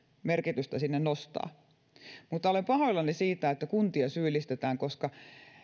merkitystä sinne nostaa mutta olen pahoillani siitä että kuntia syyllistetään koska